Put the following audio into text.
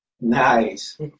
Nice